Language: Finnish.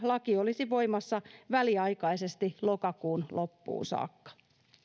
laki olisi voimassa väliaikaisesti lokakuun loppuun saakka